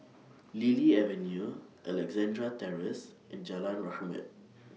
Lily Avenue Alexandra Terrace and Jalan Rahmat